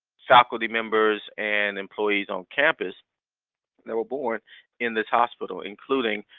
faculty members and employees on campus that were born in this hospital including